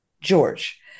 George